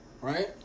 Right